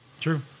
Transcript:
true